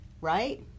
right